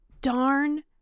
darn